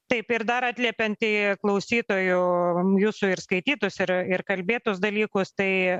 taip ir dar atliepiant į klausytojų jūsų ir skaitytus ir ir kalbėtus dalykus tai